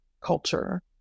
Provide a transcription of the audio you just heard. culture